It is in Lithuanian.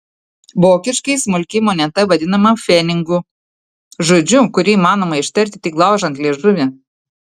vokiškai smulki moneta vadinama pfenigu žodžiu kurį įmanoma ištarti tik laužant liežuvį